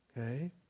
okay